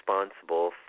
responsible